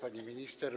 Pani Minister!